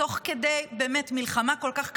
באמת, תוך כדי מלחמה כל כך קשה,